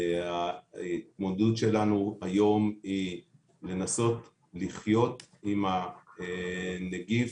ההתמודדות שלנו היום היא לנסות לחיות עם הנגיף